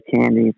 candy